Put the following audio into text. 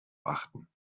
achten